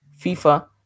FIFA